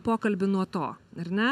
pokalbį nuo to ar ne